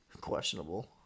questionable